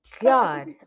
God